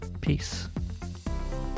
peace